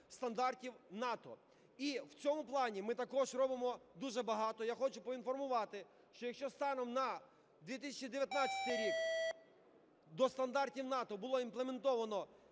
стандартів НАТО, і в цьому плані ми також робимо дуже багато. Я хочу поінформувати, що, якщо станом на 2019 рік до стандартів НАТО було імплементовано